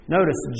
Notice